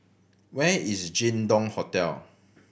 where is Jin Dong Hotel